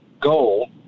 goal